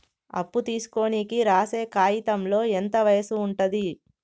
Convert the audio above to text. అప్పు తీసుకోనికి రాసే కాయితంలో ఎంత వయసు ఉంటది?